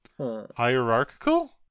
Hierarchical